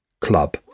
club